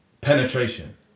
penetration